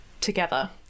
together